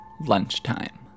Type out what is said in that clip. Lunchtime